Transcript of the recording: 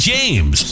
James